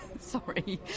Sorry